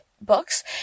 books